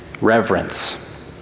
reverence